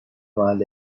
محل